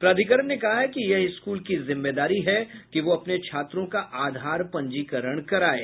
प्राधिकरण ने कहा है कि यह स्कूल की जिम्मेदारी है कि वह अपने छात्रों का आधार पंजीकरण कराये